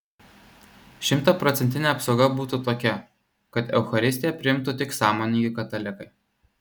šimtaprocentinė apsauga būtų tokia kad eucharistiją priimtų tik sąmoningi katalikai